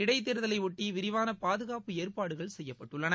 இடைத்தேர்தலையொட்டி விரிவான பாதுகாப்பு ஏற்பாடுகள் செய்யப்பட்டுள்ளன